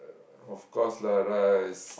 of course lah rice